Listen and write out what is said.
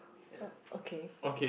uh okay